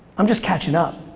i'm just catching up.